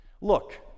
Look